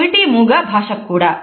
అలాగే చెవిటి మూగ భాషకు కూడా